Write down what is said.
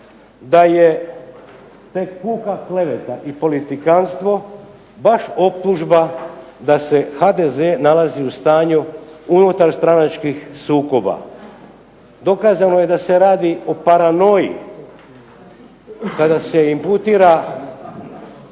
da je tek puka kleveta i politikanstvo baš optužba da se HDZ nalazi u stanju unutarstranačkih sukoba. Dokazano je da se radi o paranoji kada se imputira